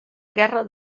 guerra